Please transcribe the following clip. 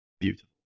beautiful